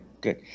good